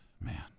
man